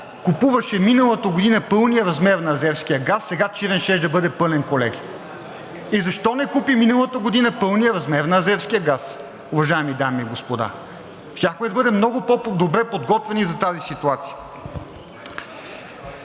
купуваше миналата година пълния размер на азерския газ, сега Чирен щеше да бъде пълен, колеги, и защо не купи миналата година пълния размер на азерския газ, уважаеми дами и господа? Щяхме да бъдем много по-добре подготвени за тази ситуация